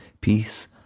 peace